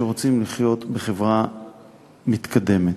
שרוצים לחיות בחברה מתקדמת.